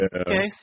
Okay